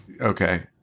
Okay